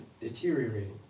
deteriorating